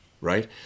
right